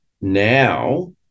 now